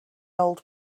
old